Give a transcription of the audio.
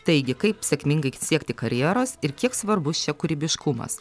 taigi kaip sėkmingai siekti karjeros ir kiek svarbus čia kūrybiškumas